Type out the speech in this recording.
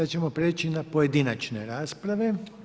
Sad ćemo prijeći na pojedinačne rasprave.